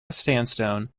sandstone